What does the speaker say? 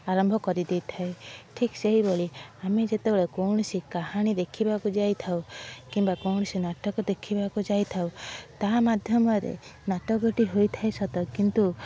ଆରମ୍ଭ କରିଦେଇଥାଏ ଠିକ ସେହିଭଳି ଆମେ ଯେତେବେଳେ କୌଣସି କାହାଣୀ ଦେଖିବାକୁ ଯାଇଥାଉ କିମ୍ବା କୌଣସି ନାଟକ ଦେଖିବାକୁ ଯାଇଥାଉ ତାହା ମାଧ୍ୟମରେ ନାଟକଟି ହୋଇଥାଏ ସତ କିନ୍ତୁ